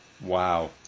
Wow